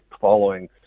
following